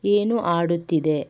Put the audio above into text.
ಏನು ಆಡುತ್ತಿದೆ